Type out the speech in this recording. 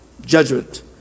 judgment